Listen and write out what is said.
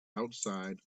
outside